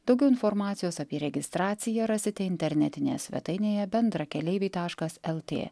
daugiau informacijos apie registraciją rasite internetinėje svetainėje bendrakeleiviai taškas lt